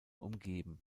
umgeben